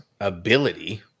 ability